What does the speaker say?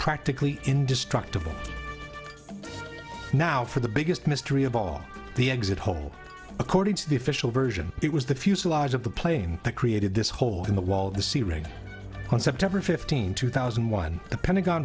practically indestructible now for the biggest mystery of all the exit hole according to the official version it was the fuselage of the plane that created this hole in the wall the c ring on september fifteenth two thousand and one the pentagon